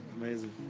amazing